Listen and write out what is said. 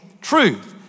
truth